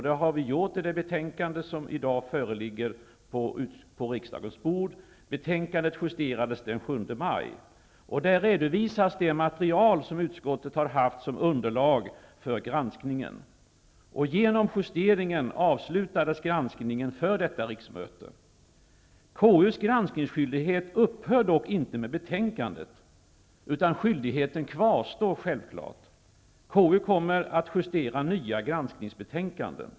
Det har vi gjort i det betänkande som i dag föreligger på riksdagens bord. Betänkandet justerades den 7 maj. Där redovisas det material som utskottet har haft som underlag för granskningen. Genom justeringen avslutades granskningen för detta riksmöte. KU:s granskningsskyldighet upphör dock inte med betänkandet. Skyldigheten kvarstår självfallet. KU kommer att justera nya granskningsbetänkanden.